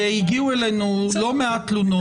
הגיעו אלינו לא מעט תלונות.